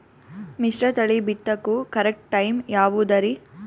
ಮಿಶ್ರತಳಿ ಬಿತ್ತಕು correct time ಯಾವುದರಿ?